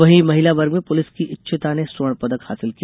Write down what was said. वहीं महिला वर्ग में पुलिस की इच्छिता ने स्वर्ण पदक हासिल किया